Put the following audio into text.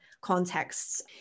contexts